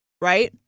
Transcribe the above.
right